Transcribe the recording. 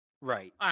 Right